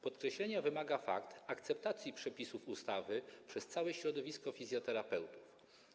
Podkreślenia wymaga fakt akceptacji przepisów ustawy przez całe środowisko fizjoterapeutów.